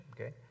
okay